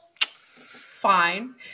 Fine